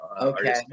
Okay